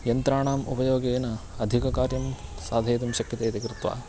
यन्त्राणाम् उपयोगेन अधिककार्यं साधयितुं शक्यते इति कृत्वा